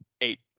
eight